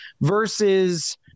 Versus –